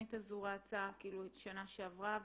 שהתכנית הזו רצה שנה שעברה ועכשיו?